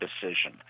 decision